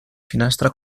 finestra